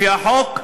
לפי החוק,